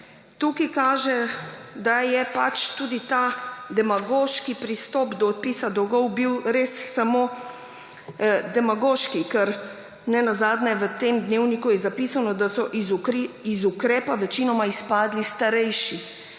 Tukaj kaže, da je tudi ta demagoški pristop do odpisa dolgov bil res samo demagoški, ker nenazadnje v tem članku v Dnevniku je zapisano, da so iz ukrepa večinoma izpadli starejši,